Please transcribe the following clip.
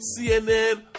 CNN